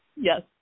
yes